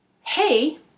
hey